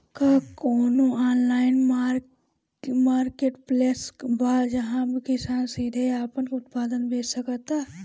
का कोनो online marketplace बा जहां किसान सीधे अपन उत्पाद बेच सकता?